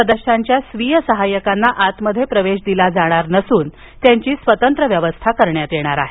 सदस्यांच्या स्वीय सहाय्यकांना आतमध्ये प्रवेश दिला जाणार नसून त्यांची स्वतंत्र व्यवस्था केली जाणार आहे